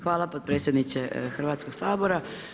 Hvala potpredsjedniče Hrvatskog sabora.